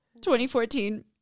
2014